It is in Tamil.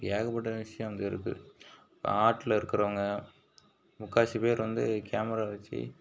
ஏகப்பட்ட விஷயம் வந்து இருக்குது இப்போ ஆர்ட்டில் இருக்கிறவங்க முக்கால்வாசி பேரு வந்து கேமரா வச்சு